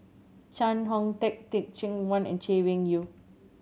Chee Hong Tat Teh Cheang Wan and Chay Weng Yew